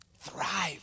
Thrive